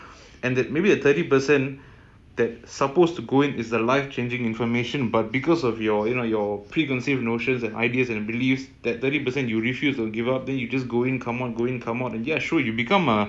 we can see among the greats in almost every single area of life ah whether it's saints or professional athletes great leaders they all were able to live themselves